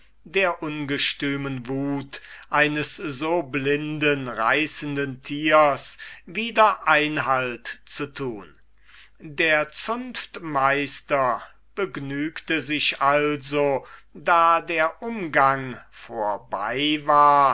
der ungestümen wut eines so blinden reißenden tiers wieder einhalt zu tun der zunftmeister begnügte sich also da der umgang vorbei war